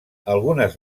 algunes